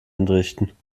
entrichten